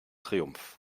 triumph